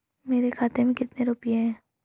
मेरे खाते में कितने रुपये हैं?